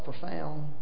profound